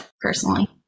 personally